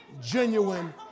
genuine